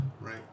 right